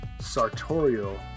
sartorial